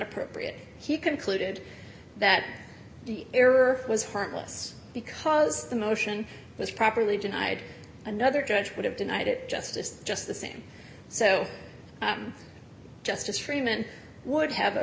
appropriate he concluded that the error was heartless because the motion was properly denied another judge would have denied it justice just the same so justice freiman would have